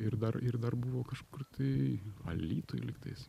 ir dar ir dar buvo kažkur tai alytuj liktais